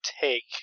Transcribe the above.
take